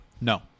No